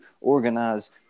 organize